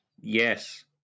Yes